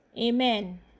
Amen